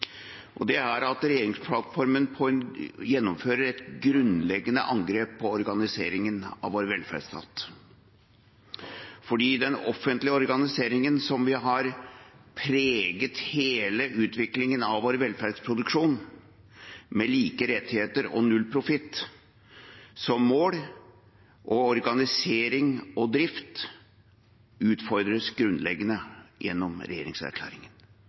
alvorlig. Det er at regjeringsplattformen gjennomfører et grunnleggende angrep på organiseringen av vår velferdsstat. Den offentlige organiseringen og driften, som har preget hele utviklingen av vår velferdsproduksjon, med like rettigheter og null profitt som mål, utfordres på en grunnleggende måte gjennom regjeringserklæringen,